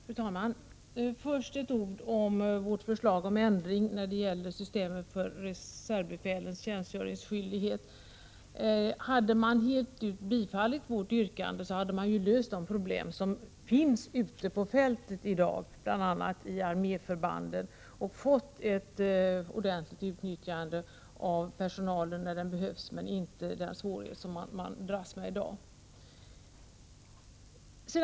Fru talman! Först ett par ord om vårt förslag om ändring av systemet för reservbefälens tjänstgöringsskyldighet. Hade utskottet accepterat vårt yrkande fullt ut, hade man löst de problem som i dag finns ute på fältet, bl.a. i arméförbanden. Man hade då fått ett ordentligt utnyttjande av personalen när den behövs men undvikit de svårigheter som man dras med i dag.